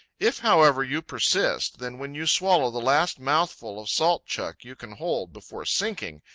if, however, you persist, then, when you swallow the last mouthful of salt chuck you can hold before sinking,